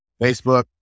Facebook